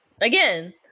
again